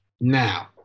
Now